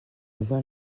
envoie